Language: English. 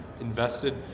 invested –